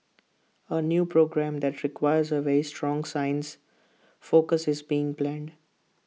A new programme that requires A very strong science focus is being planned